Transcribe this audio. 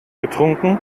getrunken